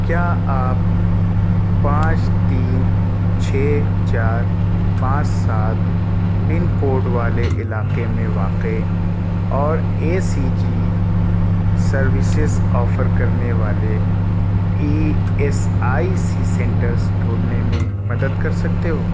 کیا آپ پانچ تین چھ چار پانچ سات پن کوڈ والے علاقے میں واقع اور A C G services offer کرنے والے E S I C centres ڈھونڈنے میں مدد کر سکتے ہو